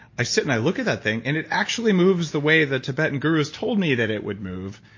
i sit, and i look at that thing, and it actually moves the way the tibetan gurus told me that it would move.